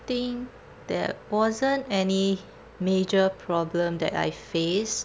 think there wasn't any major problem that I faced